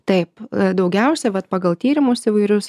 taip daugiausia vat pagal tyrimus įvairius